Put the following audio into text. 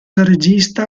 regista